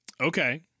Okay